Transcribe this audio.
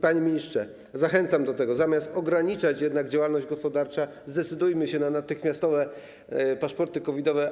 Panie ministrze, zachęcam do tego: zamiast ograniczać działalność gospodarczą, zdecydujmy się na natychmiastowe paszporty COVID-owe.